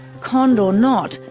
conned or not,